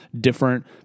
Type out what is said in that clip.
different